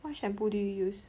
what shampoo do you use